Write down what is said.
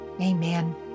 Amen